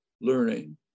learning